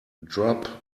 drop